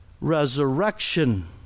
resurrection